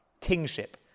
kingship